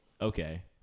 Okay